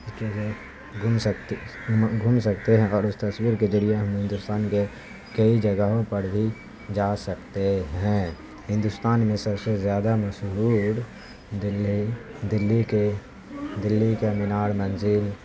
گھوم سکتے گھوم سکتے ہیں اور اس تصویر کے ذریعے ہم ہندوستان کے کئی جگہوں پر بھی جا سکتے ہیں ہندوستان میں سب سے زیادہ مشہور دلی دلی کے دلی کے مینار منزل